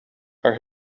are